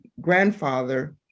grandfather